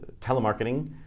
telemarketing